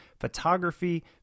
photography